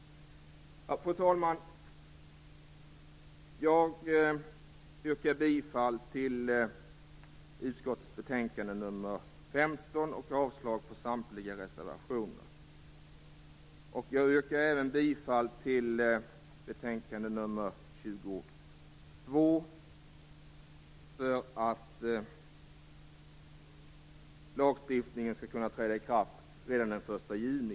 Fru talman! Jag yrkar bifall till utskottets hemställan i betänkande nr 15 och avslag på samtliga reservationer. Jag yrkar även bifall till hemställan i betänkande nr 22 för att lagstiftningen skall kunna träda i kraft redan den 1 juni.